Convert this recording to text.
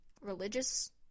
religious